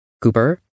Cooper